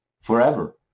forever